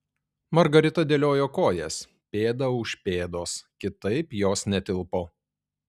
margarita dėliojo kojas pėda už pėdos kitaip jos netilpo